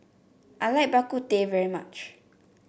I like Bak Kut Teh very much